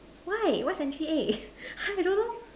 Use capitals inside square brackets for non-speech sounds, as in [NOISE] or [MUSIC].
why what century egg [NOISE] I don't know